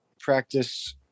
practice